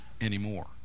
anymore